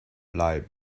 light